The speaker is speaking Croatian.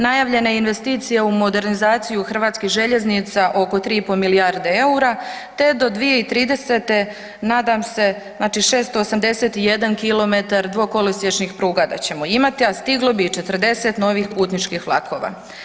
Najavljene investicije u modernizacije hrvatskih željeznica oko 3,5 milijarde eura te do 2030. nadam se, znači 681 km dvokolosječnih pruga da ćemo imati a stiglo bi 40 novih putničkih vlakova.